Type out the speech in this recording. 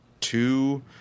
two